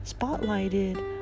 spotlighted